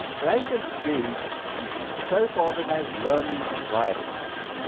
but i intend to build these self-organized learning environments.